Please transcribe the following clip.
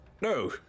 No